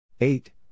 Eight